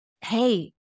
hey